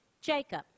Jacob